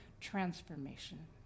transformation